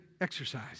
exercise